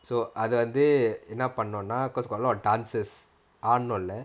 so அது வந்து என்ன பண்ணனும்னா:athu vanthu enna pannanumnaa because got a lot of dancers ஆடனும்ல:aadanumla